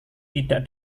tidak